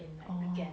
oh